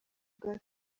bwa